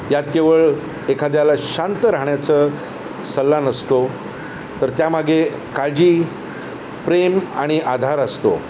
यात केवळ एखाद्याला शांत राहण्याचं सल्ला नसतो तर त्यामागे काळजी प्रेम आणि आधार असतो